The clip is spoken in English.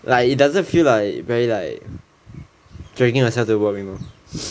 like it doesn't feel like very like dragging yourself to work you know